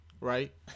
right